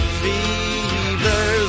fever